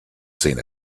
seen